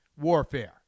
warfare